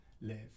live